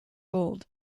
gold